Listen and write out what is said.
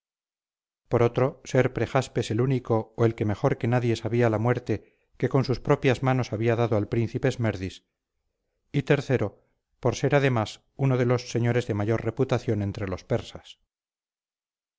por ser prejaspes el único o el que mejor que nadie sabía la muerte que con sus propias manos había dado al príncipe esmerdis y tercero por ser además uno de los señores de mayor reputación entre los persas